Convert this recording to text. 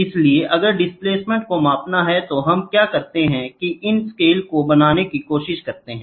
इसलिए अगर डिस्प्लेसमेंट को मापना है तो हम क्या करते हैं हम इन स्केल को बनाने की कोशिश करते हैं